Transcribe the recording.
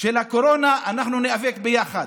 של הקורונה אנחנו ניאבק ביחד,